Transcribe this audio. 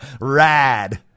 rad